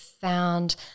found